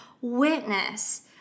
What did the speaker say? witness